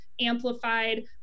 amplified